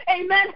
Amen